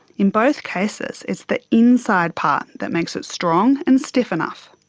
in both cases it's the inside part that makes it strong and stiff enough.